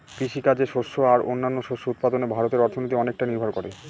কৃষিকাজে শস্য আর ও অন্যান্য শস্য উৎপাদনে ভারতের অর্থনীতি অনেকটাই নির্ভর করে